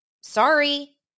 sorry